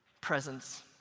presence